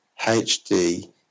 HD